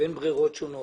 בין ברירות שונות.